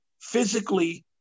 physically